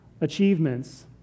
achievements